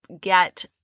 get